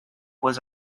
was